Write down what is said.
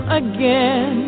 again